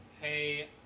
hey